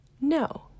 No